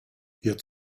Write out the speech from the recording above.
wird